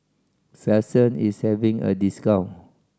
Selsun is having a discount